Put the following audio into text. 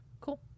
Cool